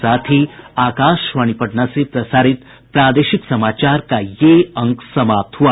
इसके साथ ही आकाशवाणी पटना से प्रसारित प्रादेशिक समाचार का ये अंक समाप्त हुआ